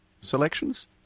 selections